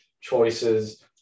choices